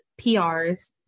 PRs